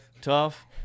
tough